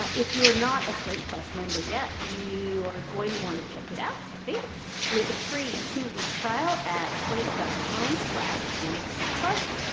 but if you're not a slate plus member yet, you are going to want to check it out. i think with a free two week trial at slate dot com slash amicus. plus,